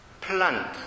plant